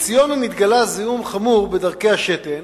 לציונה נתגלה זיהום חמור בדרכי השתן